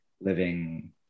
living